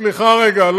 סליחה רגע.